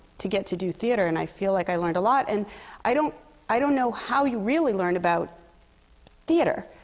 to get to do theatre. and i feel like i learned a lot. and i don't i don't know how you really learn about theatre,